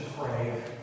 pray